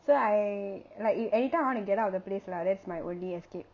so I like you anytime I want to get out of the place lah that's my only escape